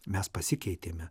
mes pasikeitėme